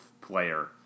player